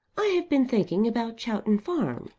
i have been thinking about chowton farm.